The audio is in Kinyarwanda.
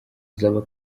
hazaba